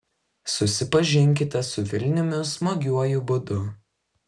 susipažinkite su vilniumi smagiuoju būdu